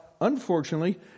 unfortunately